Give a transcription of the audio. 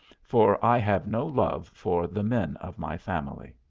for i have no love for the men of my family.